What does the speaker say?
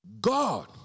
God